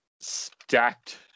stacked